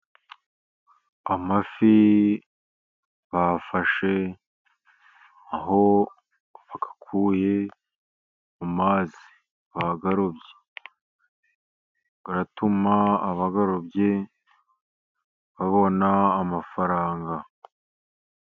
Amafi bafashe aho bayakuye mu mazi, bayarobye. Aratuma abayarobye babona amafaranga.